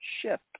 ship